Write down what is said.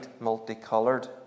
multicolored